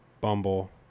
Bumble